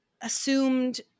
assumed